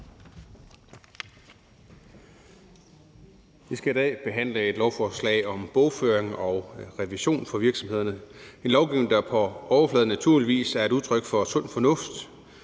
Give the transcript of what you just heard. Vi skal i dag behandle et lovforslag om bogføring og revision for virksomhederne. Det er en lovgivning, der på overfladen naturligvis er udtryk for sund fornuft,